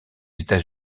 états